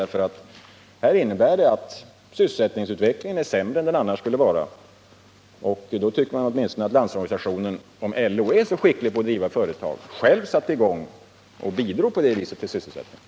Detta innebär nämligen att sysselsättningsutvecklingen blir sämre än vad den annars skulle vara. Då tycker jag åtminstone att Landsorganisationen — om man där nu verkligen är så skicklig på att driva företag — skulle sätta i gång och på det sättet bidra till sysselsättningen.